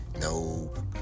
no